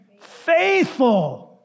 faithful